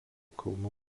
kalnų